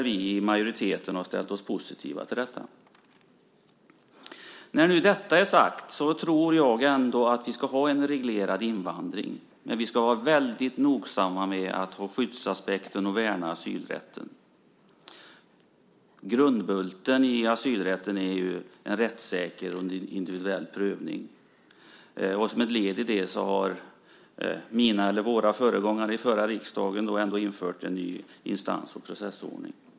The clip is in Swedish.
Vi i majoriteten har ställt oss positiva till detta. När nu detta är sagt tror jag ändå att vi ska ha en reglerad invandring. Men vi ska vara noga med att ha skyddsaspekten och värna asylrätten. Grundbulten i asylrätten är ju en rättssäker och individuell prövning. Som ett led i detta har mina eller våra föregångare i förra riksdagen infört en ny instans och processordning.